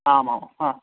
आमां हा